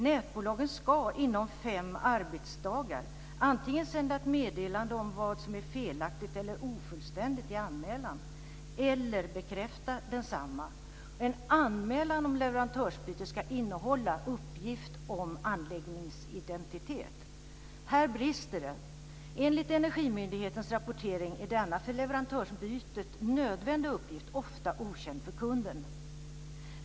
Nätbolagen ska inom fem arbetsdagar antingen sända ett meddelande om vad som är felaktigt eller ofullständigt i anmälan eller bekräfta densamma. En anmälan om leverantörsbyte ska innehålla uppgift om anläggningsidentitet. Här brister det. Enligt Energimyndighetens rapportering är denna för leverantörsbytet nödvändigt uppgift ofta okänd för kunden.